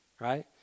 right